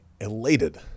elated